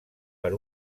per